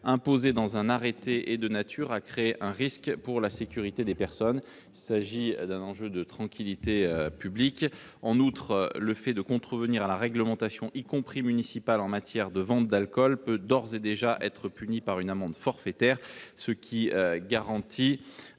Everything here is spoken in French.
imposées par un arrêté est de nature à créer un risque pour la sécurité des personnes. Il s'agit d'un enjeu de tranquillité publique. En outre, le fait de contrevenir à la réglementation, y compris municipale, en matière de vente d'alcool peut d'ores et déjà être puni par une amende forfaitaire. Cela garantit